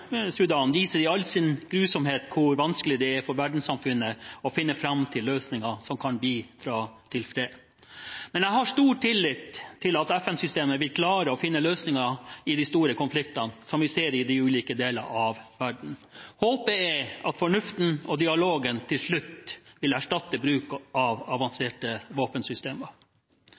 viser i all sin grusomhet hvor vanskelig det er for verdenssamfunnet å finne fram til løsninger som kan bidra til fred. Men jeg har stor tillit til at FN-systemet vil klare å finne løsninger i de store konfliktene som vi ser i de ulike deler av verden. Håpet er at fornuften og dialogen til slutt vil erstatte bruk av avanserte våpensystemer.